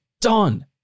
done